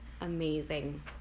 Amazing